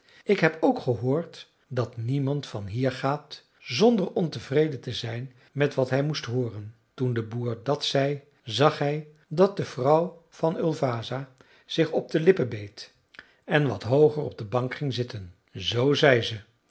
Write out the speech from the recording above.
ik heb ook gehoord dat niemand van hier gaat zonder ontevreden te zijn met wat hij moest hooren toen de boer dat zei zag hij dat de vrouw van ulvasa zich op de lippen beet en wat hooger op de bank ging zitten zoo zei ze